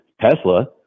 Tesla